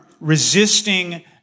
resisting